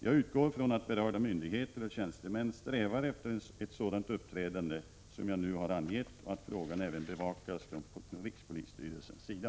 Jag utgår från att berörda myndigheter och tjänstemän strävar efter ett sådant uppträdande som jag nu har angett och att frågan även bevakas från rikspolisstyrelsens sida.